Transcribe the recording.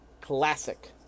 Classic